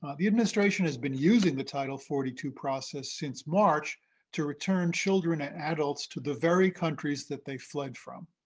the administration has been using the title forty two process since march to return children and adults to the very countries that they fled from.